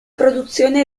produzione